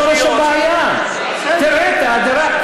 והחרדים עובדים שם במקומות יפים ותורמים תרומה גדולה,